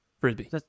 frisbee